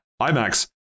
IMAX